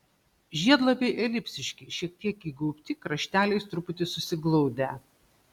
žiedlapiai elipsiški šiek tiek įgaubti krašteliais truputį susiglaudę